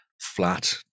flat